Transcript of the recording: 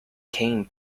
came